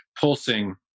pulsing